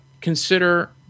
consider